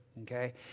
Okay